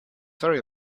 very